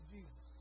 Jesus